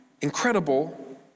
incredible